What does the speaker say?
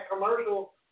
commercial –